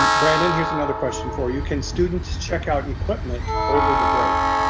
and brandon. here's another question for you can students check out equipment over the break?